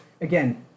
Again